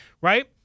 right